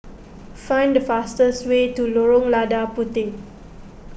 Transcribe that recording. find the fastest way to Lorong Lada Puteh